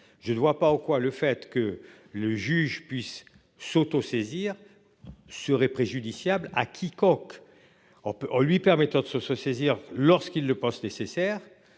Je ne vois pas en quoi le fait que le juge puisse s'autosaisir. Serait préjudiciable à quiconque. On peut en lui permettant de se se saisir lorsqu'ils le pensent nécessaire